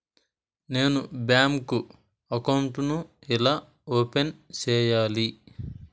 నేను bank account ను ఎలా ఓపెన్ సేయాలి?